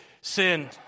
sin